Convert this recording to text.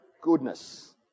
goodness